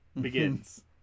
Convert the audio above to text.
begins